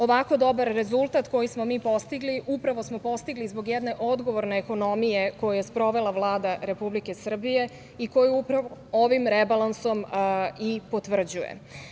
Ovako dobar rezultat koji smo mi postigli upravo smo postigli zbog jedne odgovorne ekonomije koje je sprovela Vlada Republike Srbije i koje upravo ovim rebalansom i potvrđuje.